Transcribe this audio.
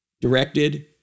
directed